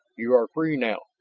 you are free now,